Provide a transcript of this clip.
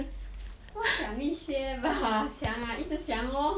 说想一些吧想啊一直想 lor